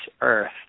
earth